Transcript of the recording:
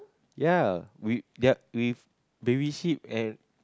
ya we ya we babysit and